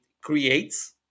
creates